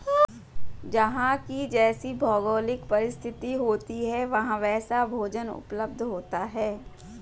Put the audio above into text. जहां की जैसी भौगोलिक परिस्थिति होती है वहां वैसा भोजन उपलब्ध होता है